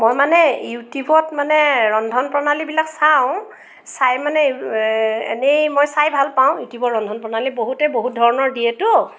মই মানে ইউটিউবত মানে ৰন্ধন প্ৰণালীবিলাক চাওঁ চাই মানে এনেই মই চাই ভাল পাওঁ ইউটিউবৰ ৰন্ধন প্ৰণালী বহুতেই বহুত ধৰণৰ দিয়েতো